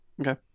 Okay